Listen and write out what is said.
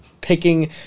picking